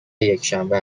یکشنبه